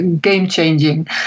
game-changing